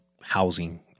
housing